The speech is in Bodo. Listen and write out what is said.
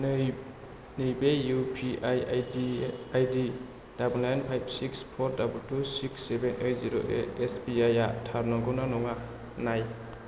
नै नैबे इउपिआई आईदि डाबोल नाइन पाइभ सिक्स पर double two six seven eight जिर' एडा रेट एसबीआई आ थार नंगौ ना नङा नाय